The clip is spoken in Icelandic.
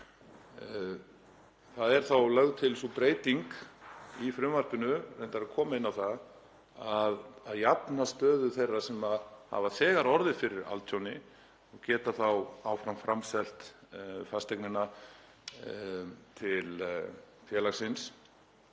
Það er þó lögð til sú breyting í frumvarpinu, ég kom inn á það, að jafna stöðu þeirra sem hafa þegar orðið fyrir altjóni og geta þá áfram framselt fasteignina til félagsins